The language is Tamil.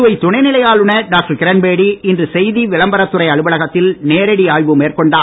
புதுவை துணைநிலை ஆளுநர் டாக்டர் கிரண்பேடி இன்று செய்தி விளம்பரத்துறை அலுவலகத்தில் நேரடி ஆய்வு மேற்கொண்டார்